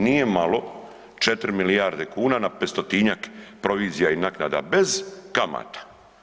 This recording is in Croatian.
Nije malo 4 milijarde kuna na 500-njak provizija i naknada bez kamata.